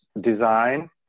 design